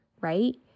right